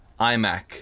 iMac